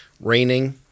Raining